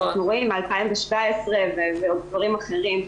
אנחנו רואים עם מ-2017 ועוד דברים אחרים.